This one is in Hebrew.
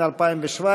74) (עידוד בניית דירות מגורים להשכרה),